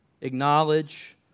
Acknowledge